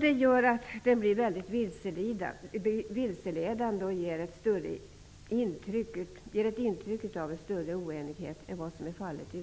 Det gör att det blir mycket vilseledande. Man ger intryck av att oenigheten i utskottet är större än vad som är fallet.